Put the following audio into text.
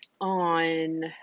on